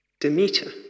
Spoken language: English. Demeter